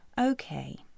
Okay